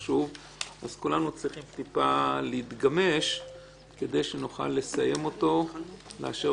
כולנו צריכים טיפה להתגמש כדי שנוכל לסיים אותו ולאשר